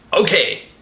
Okay